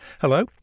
Hello